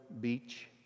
beach